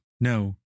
no